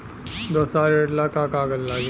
व्यवसाय ऋण ला का का कागज लागी?